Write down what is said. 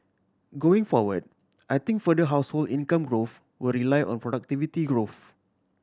going forward I think further household income growth will rely on productivity growth